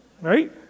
Right